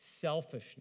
selfishness